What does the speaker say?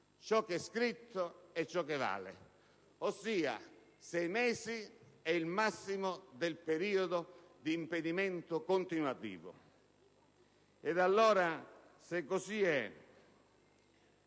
Ciò che è scritto è ciò che vale, ossia sei mesi è il massimo periodo di impedimento continuativo. Allora, se è così,